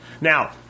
Now